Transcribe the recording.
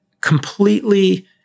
completely